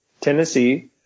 tennessee